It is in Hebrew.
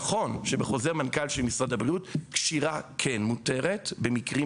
נכון שבחוזר מנכ"ל של משרד הבריאות קשירה מותרת במקרים